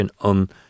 On